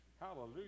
Hallelujah